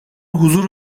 huzur